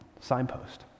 signpost